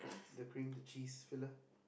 the cream the cheese filler